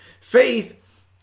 Faith